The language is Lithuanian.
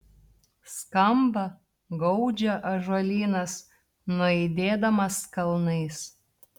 skamba gaudžia ąžuolynas nuaidėdamas kalnais